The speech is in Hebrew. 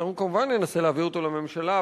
אנחנו כמובן ננסה להעביר אותו לממשלה,